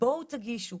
בואו תגישו.